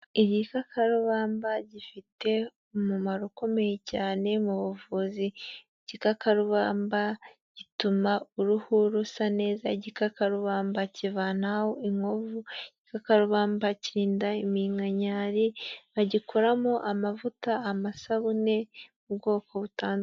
Igikakarubamba gifite umumaro ukomeye cyane mu buvuzi, igikakarubamba gituma uruhu rusa neza, igikakarubamba kivanaho inkovu, igikakarubamba kirinda iminkanyari, bagikoramo amavuta, amasabune y'ubwoko butandukanye.